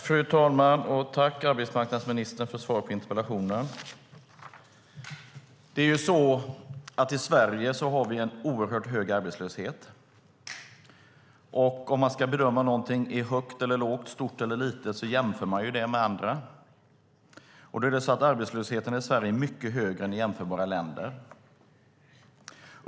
Fru talman! Tack, arbetsmarknadsministern, för svaret på interpellationen! I Sverige har vi en oerhört hög arbetslöshet. Om man ska bedöma om någonting är högt eller lågt, stort eller litet jämför man det med andra. Arbetslösheten i Sverige är mycket högre än i jämförbara länder.